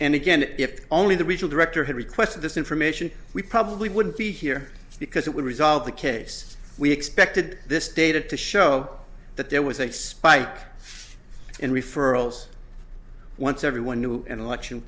and again if only the regional director had requested this information we probably wouldn't be here because it would resolve the case we expected this data to show that there was a spike in referrals once everyone knew an election